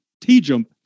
t-jump